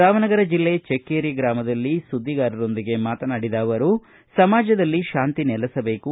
ರಾಮನಗರ ಜೆಲ್ಲೆ ಚಕ್ಕೆರೆ ಗ್ರಾಮದಲ್ಲಿ ಸುದ್ದಿಗಾರರೊಂದಿಗೆ ಮಾತನಾಡಿದ ಅವರು ಸಮಾಜದಲ್ಲಿ ಶಾಂತಿ ನೆಲಸಬೇಕು